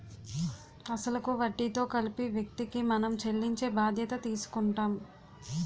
అసలు కు వడ్డీతో కలిపి వ్యక్తికి మనం చెల్లించే బాధ్యత తీసుకుంటాం